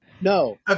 No